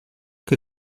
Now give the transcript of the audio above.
que